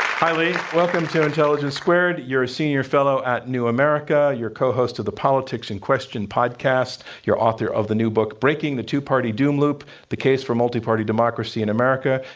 hi, lee. welcome to intelligence squared. you're a senior fellow at new america. you're co-host of the politics in question podcast. you're author of the new book breaking the two party doom loop the case for multi-party democracy in america.